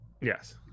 Yes